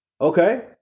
Okay